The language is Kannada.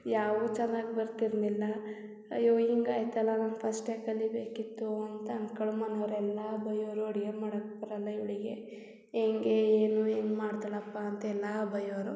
ಯಾವ್ದೂ ಚೆನ್ನಾಗಿ ಬರ್ತಿರಲಿಲ್ಲ ಅಯ್ಯೋ ಹಿಂಗಾಯ್ತಲ್ಲ ನಾನು ಫಸ್ಟೇ ಕಲಿಯಬೇಕಿತ್ತು ಅಂತ ಅನ್ಕೊಳ್ಳೊ ಮನೆಯವ್ರೆಲ್ಲ ಬಯ್ಯೋರು ಅಡುಗೆ ಮಾಡಕ್ಕೆ ಬರಲ್ಲ ಇವಳಿಗೆ ಹೆಂಗೆ ಏನು ಹೆಂಗ್ ಮಾಡ್ತಾಳಪ್ಪ ಅಂತೆಲ್ಲ ಬಯ್ಯೋರು